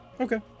Okay